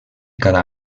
cada